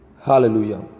Hallelujah